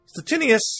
Statinius